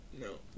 No